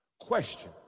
Question